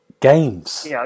Games